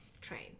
train